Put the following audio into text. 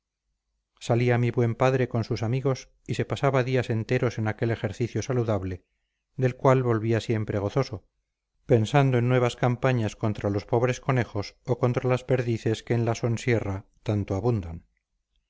rivales salía mi buen padre con sus amigos y se pasaba días enteros en aquel ejercicio saludable del cual volvía siempre gozoso pensando en nuevas campañas contra los pobres conejos o contra las perdices que en la sonsierra tanto abundan